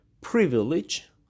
privilege